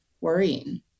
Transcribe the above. worrying